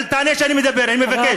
אל תענה כשאני מדבר, אני מבקש.